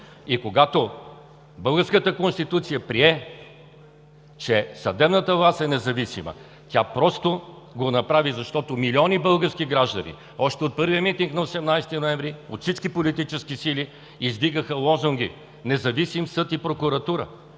Когато българската Конституция прие, че съдебната власт е независима, тя просто го направи, защото милиони български граждани още от първия митинг на 18 ноември, от всички политически сили, издигнаха лозунги: „Независим съд и прокуратура!“.